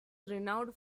renowned